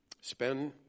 spend